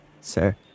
sir